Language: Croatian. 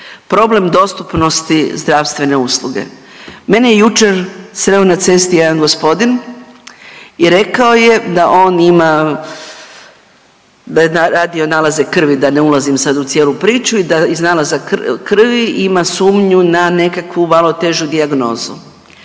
problem dostupnosti zdravstvene usluge. Mene je jučer sreo na cesti jedan gospodin i rekao je da on ima, da je radio nalaze krvi da ne ulazim sad u cijelu priču i da iz nalaza krvi ima sumnju na nekakvu malo težu dijagnozu.